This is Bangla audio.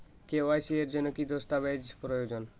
কে.ওয়াই.সি এর জন্যে কি কি দস্তাবেজ প্রয়োজন?